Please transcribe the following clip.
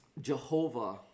Jehovah